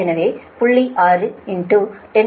எனவே 0